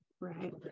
Right